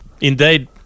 Indeed